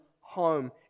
home